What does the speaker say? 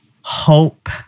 hope